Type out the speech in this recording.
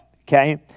okay